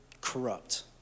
corrupt